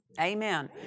Amen